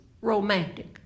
romantic